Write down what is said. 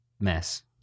mess